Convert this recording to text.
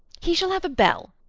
he shall have a bell,